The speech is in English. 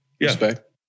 Respect